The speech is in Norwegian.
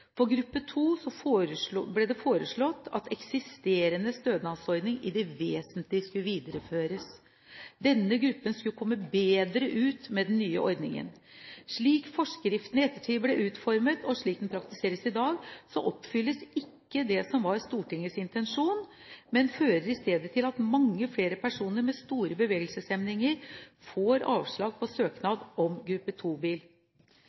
For gruppe 2 ble det foreslått at eksisterende stønadsordning i det vesentlige skulle videreføres. Denne gruppen skulle komme bedre ut med den nye ordningen. Slik forskriften i ettertid ble utformet, og slik den praktiseres i dag, oppfylles ikke det som var Stortingets intensjon, men fører i stedet til at mange flere personer med store bevegelseshemninger får avslag på